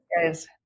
yes